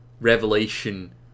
revelation